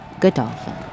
Godolphin